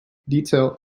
detail